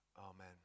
amen